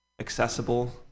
accessible